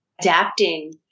adapting